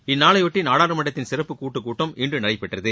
இந்நாளையொட்டி நாடாளுமன்றத்தின் சிறப்பு கூட்டுக் கூட்டம் இன்று நடைபெற்றது